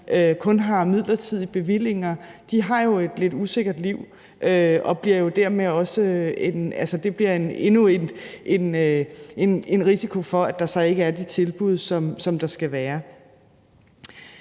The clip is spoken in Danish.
kun har midlertidige bevillinger, har jo et lidt usikkert liv, og bliver jo dermed også noget, hvor der er en risiko for, at der så ikke er de tilbud, som der skal være.